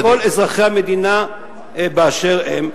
אני מכבד את כל אזרחי המדינה באשר הם.